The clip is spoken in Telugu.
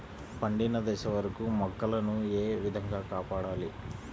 పండిన దశ వరకు మొక్కల ను ఏ విధంగా కాపాడాలి?